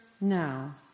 now